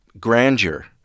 grandeur